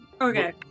okay